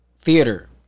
theater